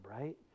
right